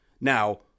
Now